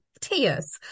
tears